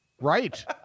right